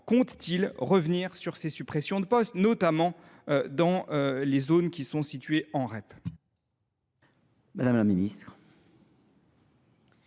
compte t il revenir sur ces suppressions de postes, notamment dans les zones situées en REP ?